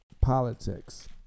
politics